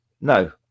no